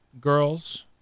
girls